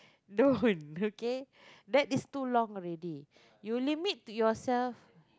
don't okay that is too long already you limit yourself